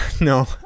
No